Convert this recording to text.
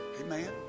Amen